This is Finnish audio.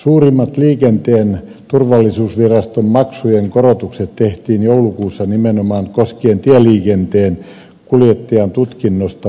suurimmat liikenteen turvallisuusviraston maksujen korotukset tehtiin joulukuussa nimenomaan koskien tieliikenteen kuljettajantutkinnosta perittäviä maksuja